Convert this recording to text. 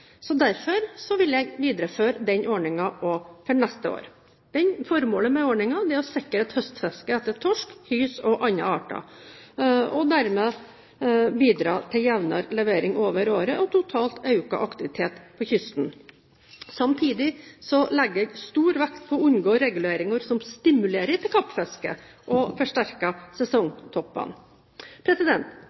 vil jeg også videreføre den ordningen til neste år. Formålet med ordningen er å sikre et høstfiske etter torsk, hyse og andre arter, og dermed bidra til jevnere leveringer over året og totalt økt aktivitet på kysten. Samtidig legger jeg stor vekt på å unngå reguleringer som stimulerer til kappfiske, og som forsterker sesongtoppene.